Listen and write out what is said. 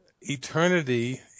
eternity